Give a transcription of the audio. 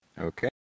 Okay